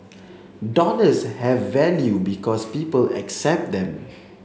dollars have value because people accept them